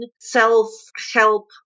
self-help